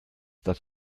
das